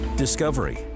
Discovery